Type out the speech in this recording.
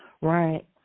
Right